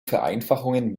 vereinfachungen